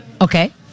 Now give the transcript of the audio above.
Okay